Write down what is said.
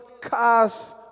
cars